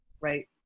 right